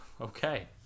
Okay